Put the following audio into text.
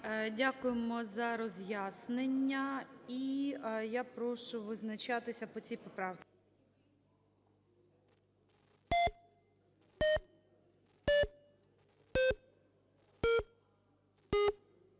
Дякуємо за роз'яснення. І я прошу визначатися по цій поправці.